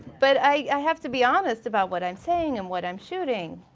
but i have to be honest about what i'm saying and what i'm shooting.